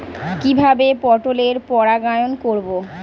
কিভাবে পটলের পরাগায়ন করব?